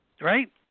right